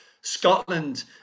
Scotland